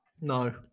No